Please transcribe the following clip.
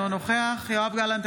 אינו נוכח יואב גלנט,